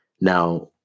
Now